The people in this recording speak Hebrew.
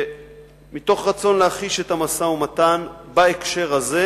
שמתוך רצון להחיש את המשא-ומתן בהקשר הזה,